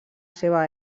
seva